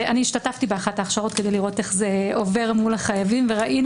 השתתפתי באחת ההכשרות כדי לראות איך זה עובר מול החייבים וראינו